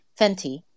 Fenty